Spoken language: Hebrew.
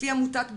לפי עמותת בטרם,